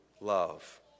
love